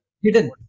hidden